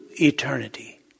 eternity